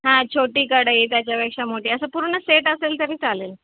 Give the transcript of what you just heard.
हां छोटी कढई त्याच्यापेक्षा मोठी असं पूर्ण सेट असेल तरी चालेल